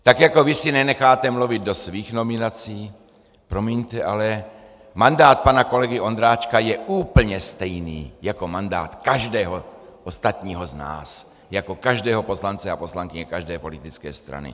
Tak jako vy si nenecháte mluvit do svých nominací, promiňte, ale mandát pana kolegy Ondráčka je úplně stejný jako mandát každého ostatního z nás, jako každého poslance a poslankyně každé politické strany.